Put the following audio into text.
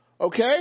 Okay